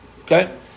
Okay